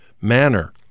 manner